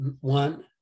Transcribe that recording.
one